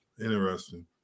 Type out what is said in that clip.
Interesting